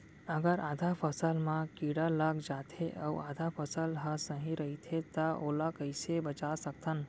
अगर आधा फसल म कीड़ा लग जाथे अऊ आधा फसल ह सही रइथे त ओला कइसे बचा सकथन?